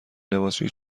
لباسشویی